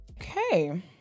Okay